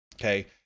okay